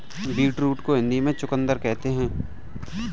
beetroot को हिंदी में चुकंदर कहते हैं